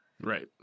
Right